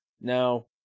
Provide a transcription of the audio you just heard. Now